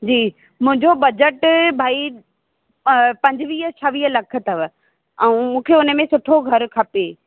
जी मुंहिंजो बजट भई पंजवीह छवीह लख अथव ऐं मूंखे हुन में सुठो घरु खपे